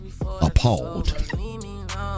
Appalled